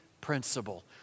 principle